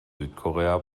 südkorea